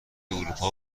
اروپا